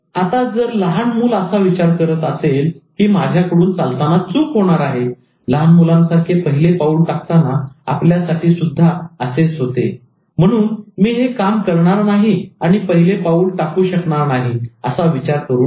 आता जर लहान मुल असा विचार करत असेल की माझ्याकडून चालताना चूक होणार आहे लहान मुलांसारखे पहिले पाऊल टाकताना आपल्यासाठी सुद्धा असेच होते म्हणून मी हे काम करणार नाही आणि पहिले पाऊल टाकू शकणार नाही असा विचार करू नका